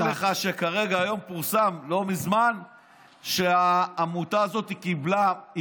אני רק אומר לך שפורסם לא מזמן שהעמותה הזאת קיבלה 480,000 שקל,